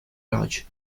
lodge